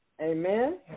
Amen